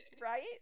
right